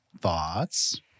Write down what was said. thoughts